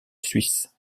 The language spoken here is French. suisse